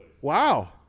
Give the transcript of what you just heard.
Wow